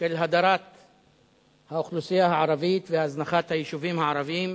של הדרת האוכלוסייה הערבית והזנחת היישובים הערביים,